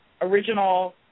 original